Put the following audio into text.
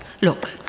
Look